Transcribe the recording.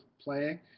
playing